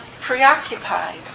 preoccupied